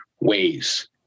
ways